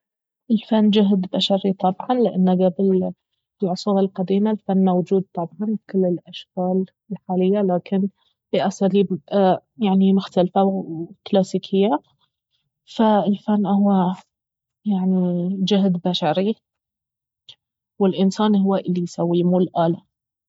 الفن جهد بشري طبعا لانه قبل في العصور القديمة الفن موجود طبعا بكل الاشكال الحالية لكن باساليب يعني مختلفة وكلاسيكية فالفن اهو يعني جهد بشري والانسان اهو الي يسويه مو الآلة